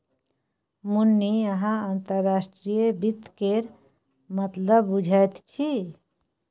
मुन्नी अहाँ अंतर्राष्ट्रीय वित्त केर मतलब बुझैत छी